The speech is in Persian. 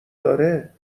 داره